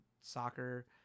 soccer